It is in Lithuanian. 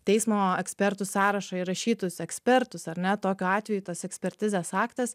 teismo ekspertų sąrašą įrašytus ekspertus ar ne tokiu atveju tas ekspertizės aktas